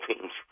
teams